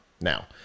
Now